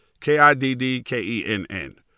K-I-D-D-K-E-N-N